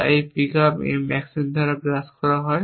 যা এই pickup M action দ্বারা গ্রাস করা হয়